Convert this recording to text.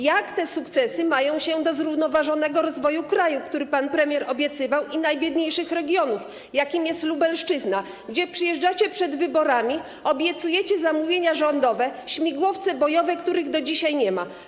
Jak te sukcesy mają się do zrównoważonego rozwoju kraju, który pan premier obiecywał, i najbiedniejszych regionów, jakim jest Lubelszczyzna, gdzie przyjeżdżacie przed wyborami, obiecujecie zamówienia rządowe, śmigłowce bojowe, których do dzisiaj nie ma?